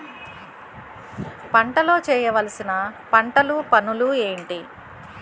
పంటలో చేయవలసిన పంటలు పనులు ఏంటి?